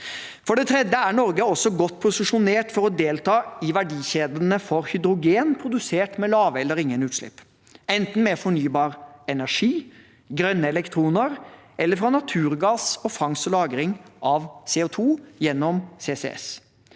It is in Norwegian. For det tredje er Norge også godt posisjonert for å delta i verdikjedene for hydrogen produsert med lave eller ingen utslipp – enten med fornybar energi, grønne elektroner, eller fra naturgass og fangst og lagring av CO2 gjennom CCS.